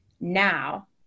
now